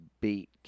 beat